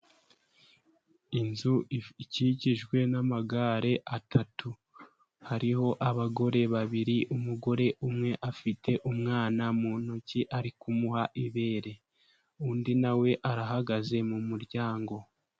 Inzu ikikijwe n'amagare atatu, hariho abagore babiri, umugore umwe afite umwana mu ntoki ari kumuha ibere undi nawe arahagaze mu muryango.